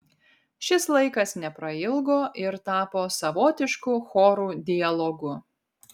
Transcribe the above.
šis laikas neprailgo ir tapo savotišku chorų dialogu